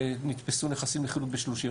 ונתפסו נכסים לחילוט ב-30 מיליון.